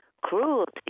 cruelty